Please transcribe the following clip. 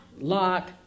Lock